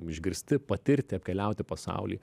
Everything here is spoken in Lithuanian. išgirsti patirti apkeliauti pasaulį